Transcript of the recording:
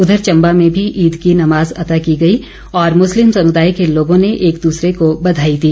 उधर चम्बा में भी ईद की नमाज अता की गई और मुस्लिम समुदाय के लोगों ने एक दूसरे को बधाई दी